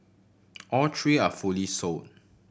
all three are fully sold